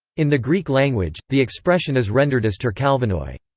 in the greek language, the expression is rendered as turkalvanoi.